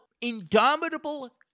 Indomitable